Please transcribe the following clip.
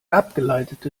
abgeleitete